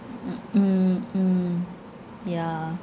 mm mm mm mm yeah